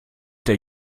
der